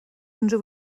unrhyw